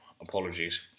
apologies